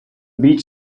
beach